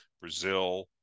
Brazil